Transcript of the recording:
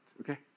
okay